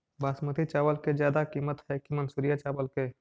बासमती चावल के ज्यादा किमत है कि मनसुरिया चावल के?